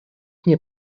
nie